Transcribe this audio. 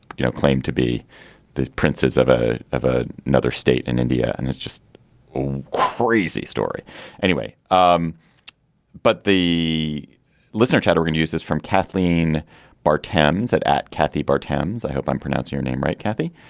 you know, claimed to be the princes of a of a. another state in india. and it's just crazy story anyway. um but the listeners chattering uses from kathleen bartends at at kathy bartends. i hope i'm pronouncing your name right, kathy.